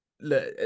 look